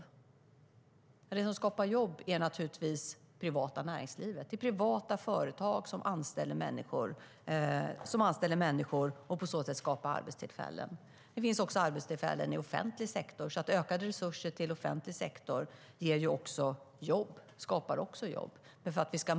Det som skapar jobb är naturligtvis det privata näringslivet. Det är privata företag som anställer människor och på så sätt skapar arbetstillfällen. Det finns också arbetstillfällen i offentlig sektor, så ökade resurser till offentlig sektor ger också jobb.